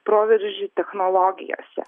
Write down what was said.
proveržį technologijose